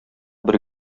бер